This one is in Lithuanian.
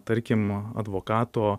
tarkim advokato